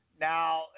Now